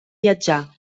viatjar